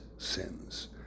sins